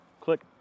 Click